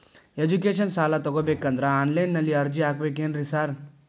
Education ಸಾಲ ತಗಬೇಕಂದ್ರೆ online ನಲ್ಲಿ ಅರ್ಜಿ ಹಾಕ್ಬೇಕೇನ್ರಿ ಸಾರ್?